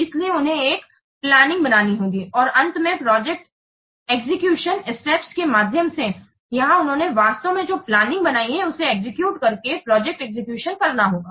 इसलिए उन्हें एक प्लानिंग बनानी होगी और अंत में प्रोजेक्ट एक्सेक्यूशन स्टेप्स के माधयम से यहां उन्होंने वास्तव में जो भी प्लानिंग बनाई है उसे एक्सेक्युट करके प्रोजेक्ट एक्सेक्यूशन करना होगा